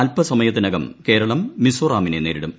അല്പസമയത്തിനകം കേരളം മിസോറാമിനെ നേരിടും